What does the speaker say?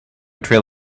trail